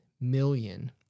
million